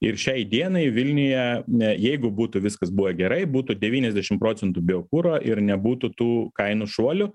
ir šiai dienai vilniuje ne jeigu būtų viskas buvę gerai būtų devyniasdešim procentų biokuro ir nebūtų tų kainų šuolių